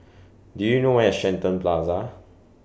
Do YOU know Where IS Shenton Plaza